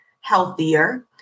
healthier